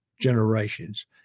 generations